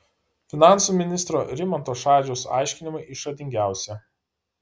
finansų ministro rimanto šadžiaus aiškinimai išradingiausi